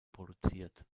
produziert